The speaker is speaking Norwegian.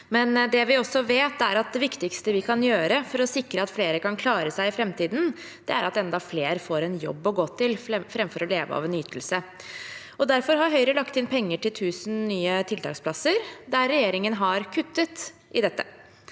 det viktigste vi kan gjøre for å sikre at flere kan klare seg i framtiden, er at enda flere får en jobb å gå til framfor å leve av en ytelse. Derfor har Høyre lagt inn penger til 1 000 nye tiltaksplasser der regjeringen har kuttet i dette.